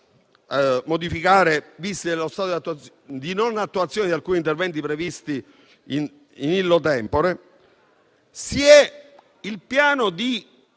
modificare visto lo stato di non attuazione di alcuni interventi previsti *in illo tempore*. Alla ZES si